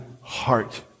heart